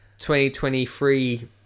2023